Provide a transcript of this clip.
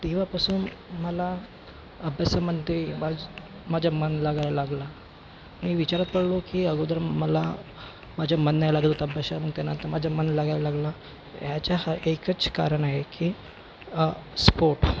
तेव्हापासून मला अभ्यासामध्ये माझं माझा मन लागायला लागला मी विचारात पडलो की अगोदर मला माझा मन नाही लागत होता अभ्यासात मग त्यांना आता माझा मन लागायला लागला ह्याच्या एकच कारण आहे की स्पोट